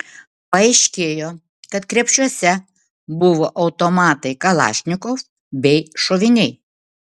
paaiškėjo kad krepšiuose buvo automatai kalašnikov bei šoviniai